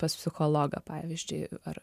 pas psichologą pavyzdžiui ar